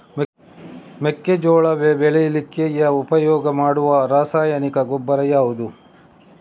ಮೆಕ್ಕೆಜೋಳ ಬೆಳೀಲಿಕ್ಕೆ ಉಪಯೋಗ ಮಾಡುವ ರಾಸಾಯನಿಕ ಗೊಬ್ಬರ ಯಾವುದು?